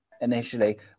initially